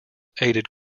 aided